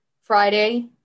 Friday